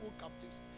captives